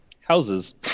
houses